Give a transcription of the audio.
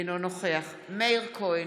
אינו נוכח מאיר כהן,